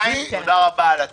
תודה רבה על התיקון.